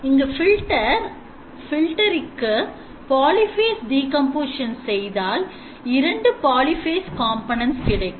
இங்கு filter H இக்கு polyphase decomposition செய்தால் 2 polyphase components கிடைக்கும்